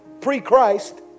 Pre-Christ